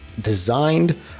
designed